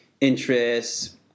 interests